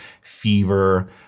fever